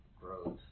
growth